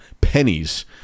pennies